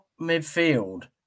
midfield